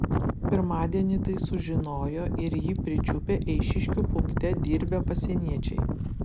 pirmadienį tai sužinojo ir jį pričiupę eišiškių punkte dirbę pasieniečiai